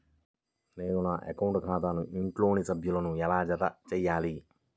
నేను నా అకౌంట్ ఖాతాకు ఇంట్లోని సభ్యులను ఎలా జతచేయాలి?